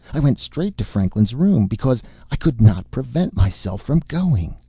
i went straight to franklin's room because i could not prevent myself from going.